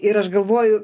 ir aš galvoju